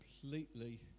completely